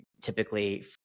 typically